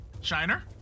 Shiner